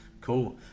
Cool